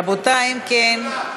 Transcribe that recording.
רבותי, אם כן,